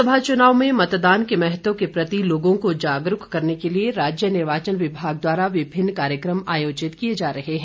लोकसभा चुनाव में मतदान के महत्व के प्रति लोगों को जागरूक करने के लिए राज्य निर्वाचन विभाग द्वारा विभिन्न कार्यक्रम आयोजित किए जा रहे हैं